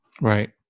Right